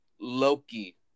Loki